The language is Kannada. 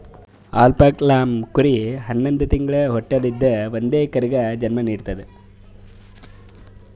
ಅಲ್ಪಾಕ್ ಲ್ಲಾಮ್ ಕುರಿ ಹನ್ನೊಂದ್ ತಿಂಗ್ಳ ಹೊಟ್ಟಲ್ ಇದ್ದೂ ಒಂದೇ ಕರುಗ್ ಜನ್ಮಾ ನಿಡ್ತದ್